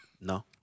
No